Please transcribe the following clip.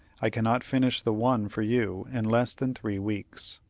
i cannot finish the one for you in less than three weeks.